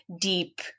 deep